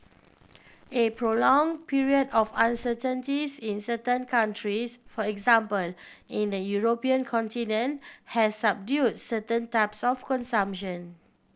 a prolonged period of uncertainties in certain countries for example in the European continent has subdued certain types of consumption